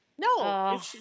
No